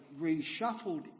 reshuffled